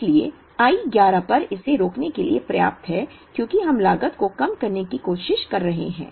इसलिए I 11 पर इसे रोकने के लिए पर्याप्त है क्योंकि हम लागत को कम करने की कोशिश कर रहे हैं